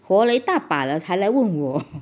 活了一大把了才来问我